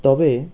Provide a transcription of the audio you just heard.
তবে